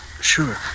Sure